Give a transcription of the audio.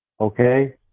okay